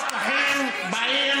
תכף אני אתייחס למפלגת העבודה.